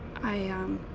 i um,